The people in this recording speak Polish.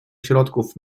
środków